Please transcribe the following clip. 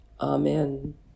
Amen